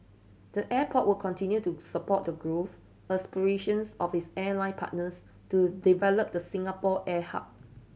the airport will continue to support the growth aspirations of its airline partners to develop the Singapore air hub